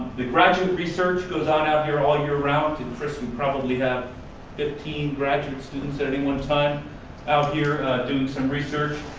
the graduate research goes on out here all year round. and, chris, you and probably have fifteen graduate students at any one time out here doing some research.